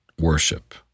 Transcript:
worship